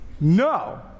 No